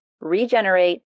regenerate